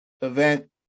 event